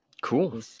cool